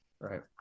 Right